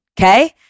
Okay